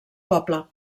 poble